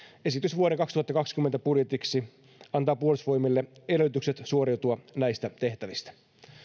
esitys vuoden kaksituhattakaksikymmentä budjetiksi antaa puolustusvoimille edellytykset suoriutua näistä tehtävistä